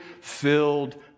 filled